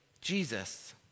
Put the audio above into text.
Jesus